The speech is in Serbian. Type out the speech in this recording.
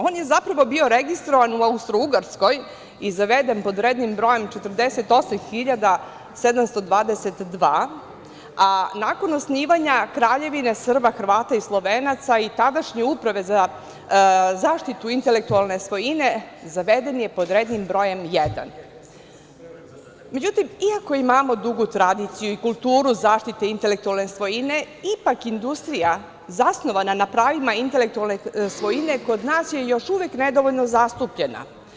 On je, zapravo, bio registrovan u Austro-Ugarskoj i zaveden pod rednim brojem 48.722, a nakon osnivanja Kraljevine Srba, Hrvata i Slovenaca i tadašnje Uprave za zaštitu intelektualne svojine zaveden je pod rednim brojem 1. Međutim, iako imamo dugu tradiciju i kulturu zaštite intelektualne svojine ipak industrija zasnovana na pravima intelektualne svojine kod nas je još uvek nedovoljno zastupljena.